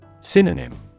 Synonym